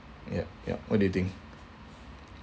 yup yup what do you think